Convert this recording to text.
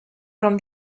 from